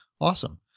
awesome